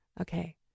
Okay